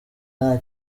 nta